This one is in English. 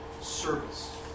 service